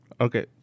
Okay